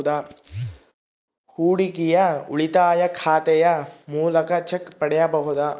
ಹೂಡಿಕೆಯ ಉಳಿತಾಯ ಖಾತೆಯ ಮೂಲಕ ಚೆಕ್ ಪಡೆಯಬಹುದಾ?